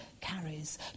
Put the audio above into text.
carries